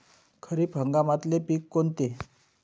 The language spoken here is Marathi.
खरीप हंगामातले पिकं कोनते?